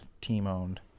team-owned